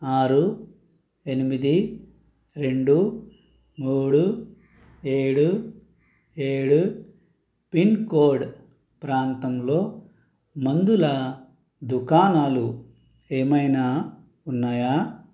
ఆరు ఎనిమిది రెండు మూడు ఏడు ఏడు పిన్కోడ్ ప్రాంతంలో మందుల దుకాణాలు ఏమైనా ఉన్నాయా